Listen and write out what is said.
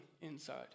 inside